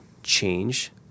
change